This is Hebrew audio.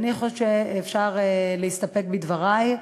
אני חושבת שאפשר להסתפק בדברי,